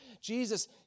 Jesus